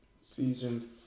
Season